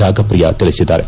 ರಾಗಪ್ರಿಯಾ ತಿಳಿಸಿದ್ದಾರೆ